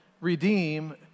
redeem